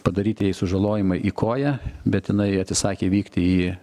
padaryti jai sužalojimai į koją bet jinai atsisakė vykti į